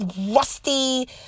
rusty